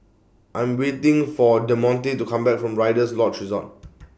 I'm waiting For Demonte to Come Back from Rider's Lodge Resort